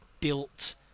built